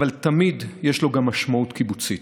אבל תמיד יש לו גם משמעות קיבוצית,